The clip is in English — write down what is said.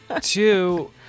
Two